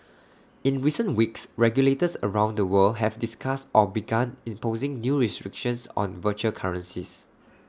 in recent weeks regulators around the world have discussed or begun imposing new restrictions on virtual currencies